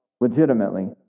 legitimately